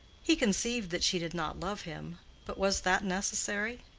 he conceived that she did not love him but was that necessary?